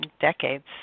decades